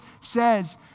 says